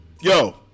Yo